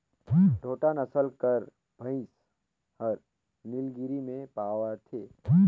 टोडा नसल कर भंइस हर नीलगिरी में पवाथे